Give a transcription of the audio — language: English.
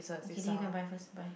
okay then you go and buy first bye